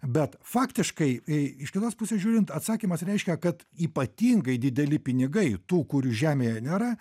bet faktiškai i iš kitos pusės žiūrint atsakymas reiškia kad ypatingai dideli pinigai tų kurių žemėje nėra